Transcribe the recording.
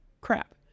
crap